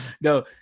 No